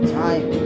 time